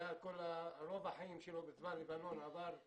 כמו שאמרתי קודם, הוא יהיה אזרח.